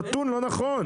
הנתון לא נכון.